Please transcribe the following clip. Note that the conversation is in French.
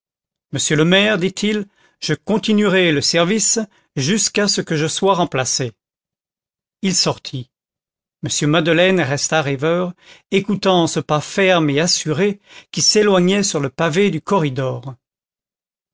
monsieur le maire dit-il je continuerai le service jusqu'à ce que je sois remplacé il sortit m madeleine resta rêveur écoutant ce pas ferme et assuré qui s'éloignait sur le pavé du corridor